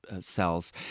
cells